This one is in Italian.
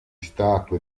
statue